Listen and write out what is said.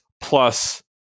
plus